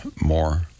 more